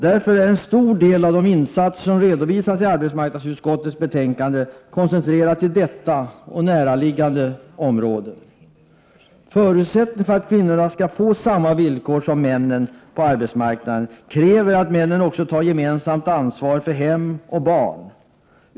Därför har en stor del av insatserna, som redovisas i arbetsmarknadsutskottets betänkande, koncentrerats till detta och näraliggande områden. Förutsättningen för att kvinnorna skall få samma villkor som männen på arbetsmarknaden är att männen också tar gemensamt ansvar för hem och barn.